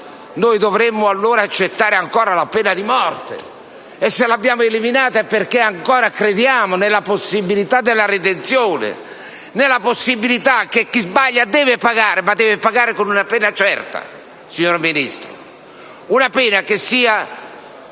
dovremmo allora accettare ancora la pena di morte. Se l'abbiamo abolita, è perché ancora crediamo nella possibilità della redenzione e nel fatto che chi sbaglia deve pagare, ma deve pagare con un pena certa, signora Ministro, una pena che sia